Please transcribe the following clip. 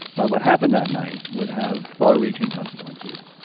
but what happened that night would have far-reaching consequences.